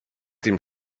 dem